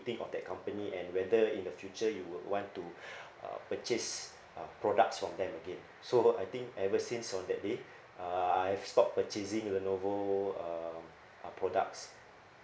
think of that company and whether in the future you would want to uh purchase uh products from them again so I think ever since on that day uh I have stopped purchasing Lenovo uh uh products